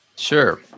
Sure